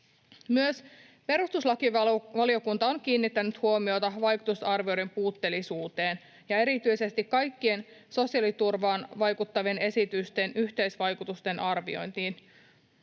Myös perustuslakivaliokunta on kiinnittänyt huomiota vaikutusarvioiden puutteellisuuteen ja erityisesti kaikkien sosiaaliturvaan vaikuttavien esitysten yhteisvaikutusten arviointiin.